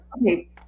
Okay